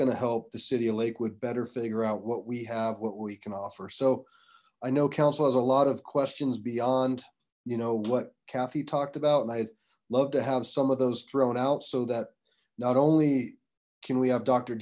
gonna help the city of lakewood better figure out what we have what we can offer so i know council has a lot of questions beyond you know what kathy talked about and i'd love to have some of those thrown out so that not only can we have doctor